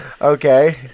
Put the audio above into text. Okay